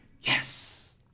Yes